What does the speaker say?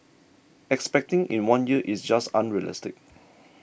expecting in one year is just unrealistic